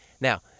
Now